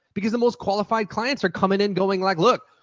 because the most qualified clients are coming and going like, look!